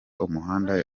umuhanda